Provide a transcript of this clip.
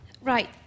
Right